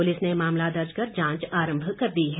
police ने मामला दर्ज कर जांच आरंभ कर दी है